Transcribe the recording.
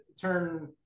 turn